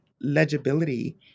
legibility